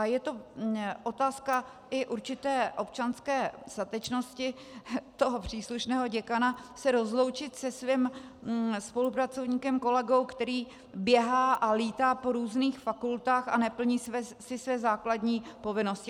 Je to otázka i určité občanské statečnosti příslušného děkana se rozloučit se svým spolupracovníkem, kolegou, který běhá a létá po různých fakultách a neplní své základní povinnosti.